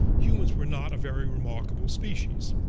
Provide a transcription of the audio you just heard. humans were not a very remarkable species.